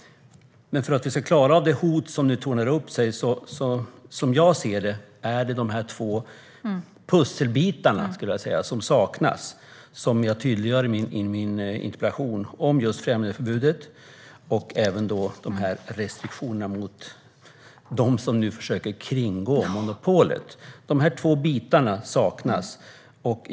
För att vi ska klara av det hot som nu tornar upp sig är det, som jag ser det, två pusselbitar som saknas och som jag tydliggör i min interpellation: främjandeförbudet och restriktionerna mot dem som nu försöker kringgå monopolet. Dessa två bitar saknas.